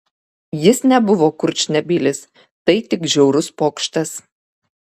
jis nebuvo kurčnebylis tai tik žiaurus pokštas